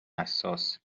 حساسه